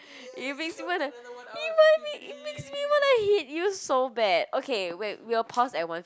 it makes me wanna you make me it makes wanna hit you so bad okay wait we will pause at one